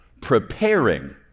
preparing